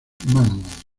man